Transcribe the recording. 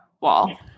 wall